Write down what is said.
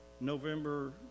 November